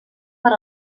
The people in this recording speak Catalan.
per